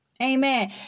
Amen